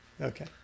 Okay